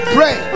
Pray